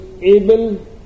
able